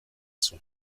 zuen